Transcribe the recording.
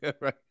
Right